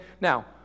now